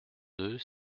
deux